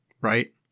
right